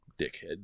dickhead